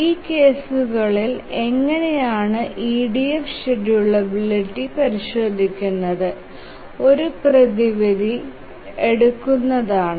ഈ കേസുകളിൽ എങ്ങനെയാണ് EDF ഷേഡ്യൂളബിലിറ്റി പരിശോദിക്കുന്നത് ഒരു പ്രധിവിധി pidi എടുക്കുന്നതാണ്